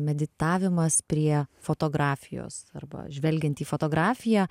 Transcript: meditavimas prie fotografijos arba žvelgiant į fotografiją